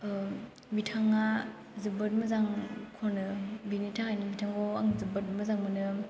बिथाङा जोबोर मोजां खनो बिनि थाखायनो बिथांखौ आं जोबोर मोजां मोनो